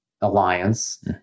alliance